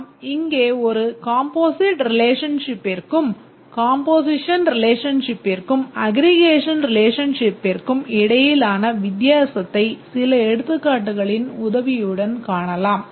நாம் இங்கே ஒரு காம்போசிட் ரிலேஷன்ஷிப்பிற்கும் காம்போசிஷன் ரிலேஷன்ஷிப்பிற்கும் அக்ரிகேஷன் ரிலேஷன்ஷிப்பிற்கும் இடையிலான வித்தியாசத்தை சில எடுத்துக்காட்டுகளின் உதவியுடன் காணலாம்